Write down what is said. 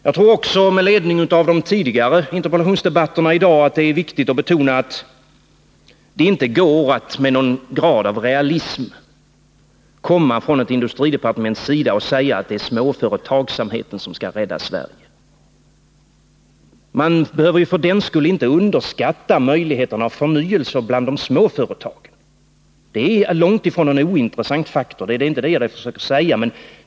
Jag tror också, med ledning av de tidigare interpellationsdebatterna i dag, att det är viktigt att betona att det inte går att komma från industridepartementet och med någon grad av realism säga att det är småföretagsamheten som skall rädda Sverige. Man behöver för den skull inte underskatta möjligheterna till förnyelse bland de små företagen. De är långtifrån någon ointressant faktor — det är inte det jag försöker säga.